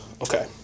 Okay